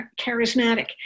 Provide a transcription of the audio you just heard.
charismatic